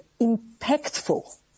impactful